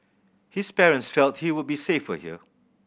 his parents felt he would be safer here